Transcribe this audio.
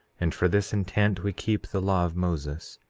and for this intent we keep the law of moses,